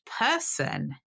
person